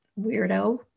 weirdo